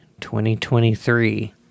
2023